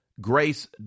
Grace